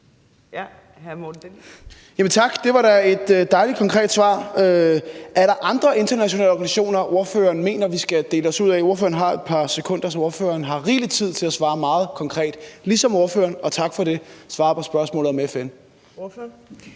Jamen tak, det var da et dejlig konkret svar. Er der andre internationale organisationer, ordføreren mener vi skal melde os ud af? Ordføreren har et par sekunder, så ordføreren har rigelig tid til at svare meget konkret, ligesom ordføreren – og tak for det – svarede på spørgsmålet om FN. Kl.